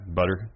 butter